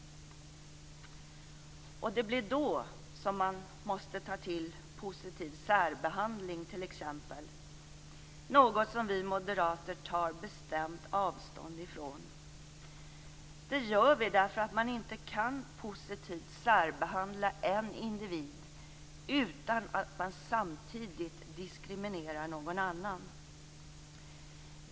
Det blir då man måste ta till positiv särbehandling, t.ex. - något som vi moderater bestämt tar avstånd ifrån. Det gör vi därför att man inte kan positivt särbehandla en individ utan att man samtidigt diskriminerar någon annan.